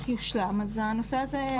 יושלם אז הנושא הזה יהיה על השולחן.